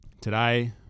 Today